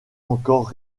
encore